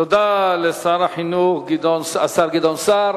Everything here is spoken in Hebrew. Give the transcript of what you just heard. תודה לשר החינוך גדעון סער.